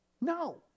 No